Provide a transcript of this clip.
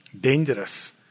dangerous